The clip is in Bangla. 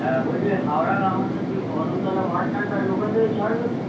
হ্যাঁ বলছি হাওড়ার আমাদের যে ওই কদমতলা বাস স্ট্যান্ড আছে ওখান থেকে ছাড়বে কি